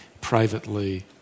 privately